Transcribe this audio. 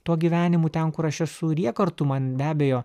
tuo gyvenimu ten kur aš esu ir jie kartu man be abejo